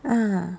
ah